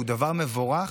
והוא דבר מבורך,